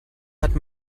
hat